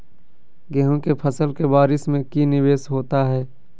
गेंहू के फ़सल के बारिस में की निवेस होता है?